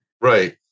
Right